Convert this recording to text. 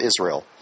Israel